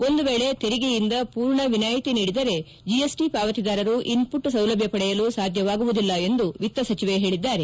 ಒಂದು ವೇಳಿ ತೆರಿಗೆಯಿಂದ ಪೂರ್ಣ ವಿನಾಯಿತಿ ನೀಡಿದರೆ ಜಿಎಸ್ಟಿ ಪಾವತಿದಾರರು ಇನ್ಪುಟ್ ಸೌಲಭ್ಯ ಪಡೆಯಲು ಸಾಧ್ಯವಾಗುವುದಿಲ್ಲ ಎಂದು ವಿತ್ತ ಸಚಿವೆ ಹೇಳಿದ್ದಾರೆ